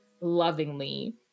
lovingly